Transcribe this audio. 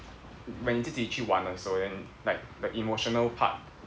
when 你自己去玩的时候 then like the emotional part